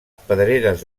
pedreres